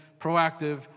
proactive